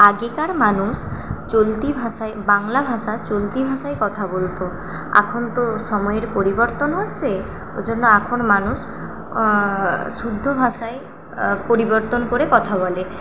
আগেকার মানুষ চলতি ভাষায় বাংলা ভাষা চলতি ভাষায় কথা বলত এখন তো সময়ের পরিবর্তন হচ্ছে ওই জন্য এখন মানুষ শুদ্ধ ভাষায় পরিবর্তন করে কথা বলে